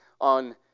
on